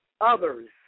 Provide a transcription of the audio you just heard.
Others